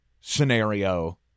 scenario